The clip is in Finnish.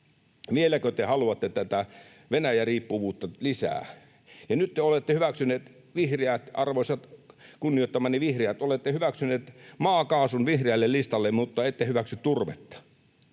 Vieläkö te haluatte tätä Venäjä-riippuvuutta lisää? Ja nyt te, vihreät — arvoisat, kunnioittamani vihreät — olette hyväksyneet maakaasun vihreälle listalle, mutta ette hyväksy turvetta.